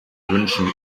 wünschen